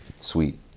sweet